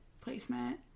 placement